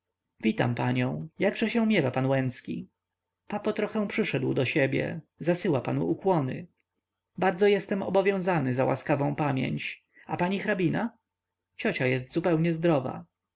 witam panią jakże się miewa pan łęcki papo trochę przyszedł do siebie zasyła panu ukłony bardzo jestem obowiązany za łaskawą pamięć a pani hrabina ciocia jest zupełnie zdrowa